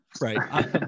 right